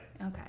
Okay